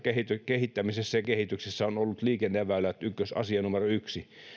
kehittämisessä ja kehityksessä ovat olleet liikenneväylät asia numero yksi